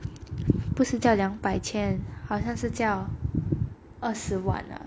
不是叫两百千好像是叫二十万啊